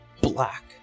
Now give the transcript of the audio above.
black